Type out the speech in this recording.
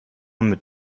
mit